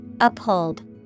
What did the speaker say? Uphold